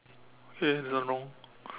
okay this one wrong